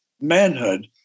manhood